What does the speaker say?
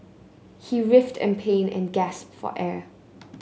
he writhed in pain and gasped for air